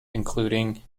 including